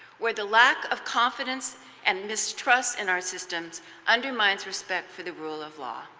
or the lack of confidence and mistrust in our systems undermines respect for the rule of law,